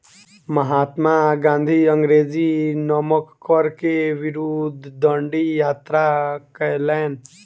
महात्मा गाँधी अंग्रेजी नमक कर के विरुद्ध डंडी यात्रा कयलैन